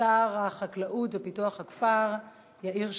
שר החקלאות ופיתוח הכפר יאיר שמיר.